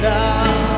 now